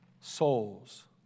souls